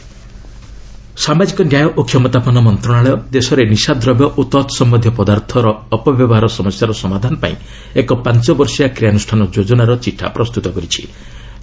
drugs plan ସାମାଜିକ ନ୍ୟାୟ ଓ କ୍ଷମତାପନୁ ମନ୍ତ୍ରଶାଳୟ ଦେଶରେ ନିଶାଦ୍ରବ୍ୟ ଓ ତତ୍ସମ୍ୟନ୍ଧୀୟ ପଦାର୍ଥ ଅପବ୍ୟବହାର ସମସ୍ୟାର ସମାଧାନପାଇଁ ଏକ ପାଞ୍ଚ ବର୍ଷିଆ କ୍ରିୟାନୁଷ୍ଠାନ ଯୋଜନାର ଚିଠା ପ୍ରସ୍ତୁତ କରିଛି